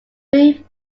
three